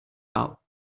out